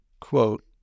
quote